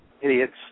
Idiots